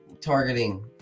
targeting